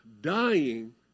dying